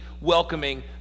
welcoming